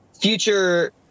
future